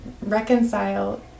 reconcile